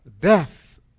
death